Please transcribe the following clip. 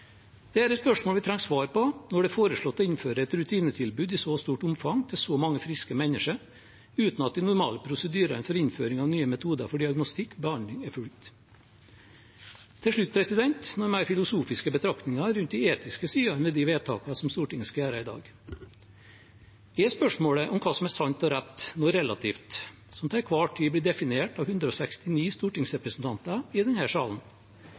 spørsmål vi trenger svar på når det er foreslått å innføre et rutinetilbud i så stort omfang til så mange friske mennesker uten at de normale prosedyrene for innføring av nye metoder for diagnostikk og behandling er fulgt. Til slutt noen mer filosofiske betraktninger rundt de etiske sidene ved de vedtakene som Stortinget skal gjøre i dag. Er spørsmålet om hva som er sant og rett, noe relativt som til enhver tid blir definert av 169 stortingsrepresentanter i denne salen?